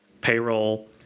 payroll